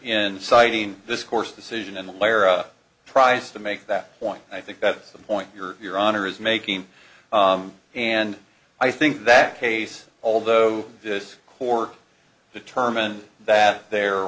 in citing this course decision and leora tries to make that point i think that's the point you're your honor is making and i think that case although this core determined that there